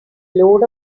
load